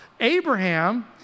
Abraham